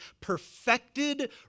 perfected